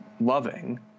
loving